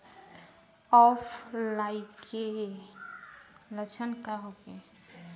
ऑफलाइनके लक्षण का होखे?